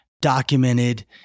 documented